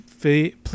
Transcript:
please